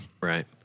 Right